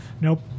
Nope